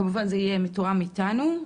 כמובן, זה יהיה מתואם איתנו.